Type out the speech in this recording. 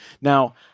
Now